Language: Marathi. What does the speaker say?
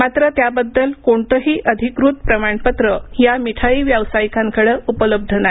मात्र त्याबद्दलच कोणतंही अधिकृत प्रमाणपत्र या मिठाई व्यावसायिकाकडं उपलब्ध नाही